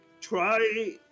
try